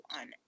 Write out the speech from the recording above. on